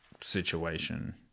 situation